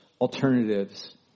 alternatives